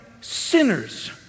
sinners